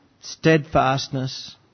steadfastness